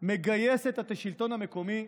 לגייס את השלטון המקומי,